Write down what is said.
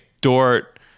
Dort